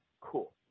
cool